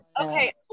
okay